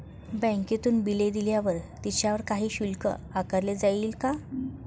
बँकेतून बिले दिल्यावर त्याच्यावर काही शुल्क आकारले जाईल का?